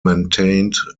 maintained